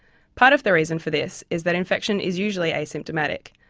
part of the reason for this is that infection is usually asymptomatic.